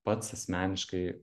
pats asmeniškai